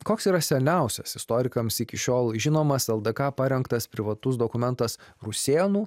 koks yra seniausias istorikams iki šiol žinomas ldk parengtas privatus dokumentas rusėnų